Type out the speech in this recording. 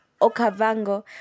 Okavango